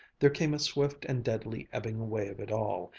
there came a swift and deadly ebbing away of it all,